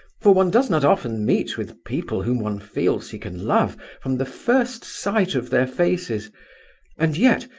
for one does not often meet with people whom one feels he can love from the first sight of their faces and yet,